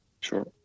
Sure